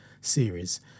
series